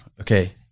okay